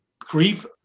grief